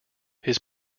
his